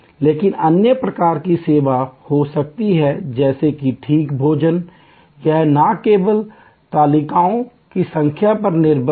लेकिन अन्य प्रकार की सेवा हो सकती है जैसे कि ठीक भोजन यह न केवल तालिकाओं की संख्या पर निर्भर है